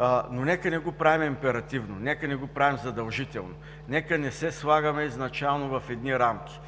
Но нека не го правим императивно, нека не го правим задължително, нека не се слагаме изначално в едни рамки.